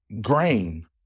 Grain